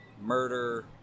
murder